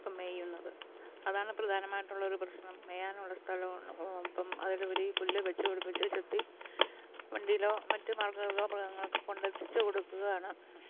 ഇപ്പം മെയ്യുന്നത് അതാണ് പ്രധാനമായിട്ടുള്ള ഒരു പ്രശ്നം മെയ്യാനുള്ള സ്ഥലം അപ്പം അതിലുപരി പുല്ല് വച്ച് പിടിപ്പിച്ച് ചെത്തി വണ്ടിലോ മറ്റ് മാർഗ്ഗങ്ങളിലോ മൃഗങ്ങൾക്ക് കൊണ്ടെത്തിച്ച് കൊടുക്കുകയാണ്